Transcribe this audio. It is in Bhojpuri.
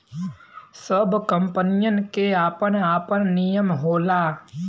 सब कंपनीयन के आपन आपन नियम होला